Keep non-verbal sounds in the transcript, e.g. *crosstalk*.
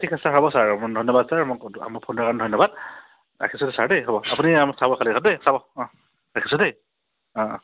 ঠিক আছে হ'ব ছাৰ *unintelligible* ধন্যবাদ ছাৰ মোৰ ফোন ধৰাৰ কাৰণে ধন্যবাদ ৰাখিছোঁ ছাৰ দেই হ'ব আপুনি আমাক চাব খালী অঁ দেই চাব অঁ ৰাখিছোঁ দেই অঁ অঁ